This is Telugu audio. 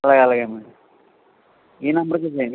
అలాగే అలాగే మేడమ్ ఈ నెంబర్కు చేయండి